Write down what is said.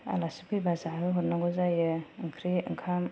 आलासि फैबा जाहोहरनांगौ जायो ओंख्रि ओंखाम